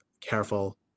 careful